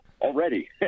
already